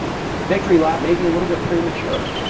victory lap maybe a little bit premature.